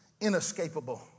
inescapable